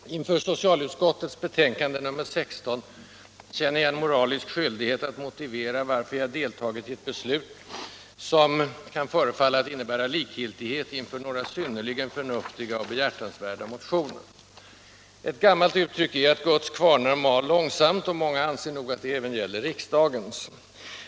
Herr talman! Inför socialutskottets betänkande nr 16 känner jag en moralisk skyldighet att motivera varför jag deltagit i ett beslut som kan förefalla att innebära likgiltighet mot några synnerligen förnuftiga och behjärtansvärda motioner. Ett gammalt uttryck är att Guds kvarnar mal långsamt, och många anser nog att detta även gäller riksdagens.